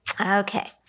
Okay